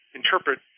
interpret